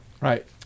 Right